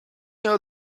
know